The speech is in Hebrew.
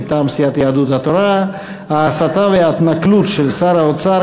מטעם סיעת יהדות התורה: ההסתה וההתנכלות של שר האוצר